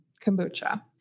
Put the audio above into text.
kombucha